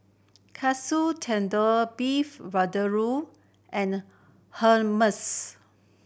Katsu Tendon Beef Vindaloo and Hummus